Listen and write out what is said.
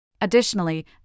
Additionally